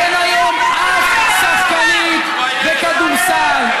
אין היום אף שחקנית בכדורסל.